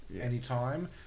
anytime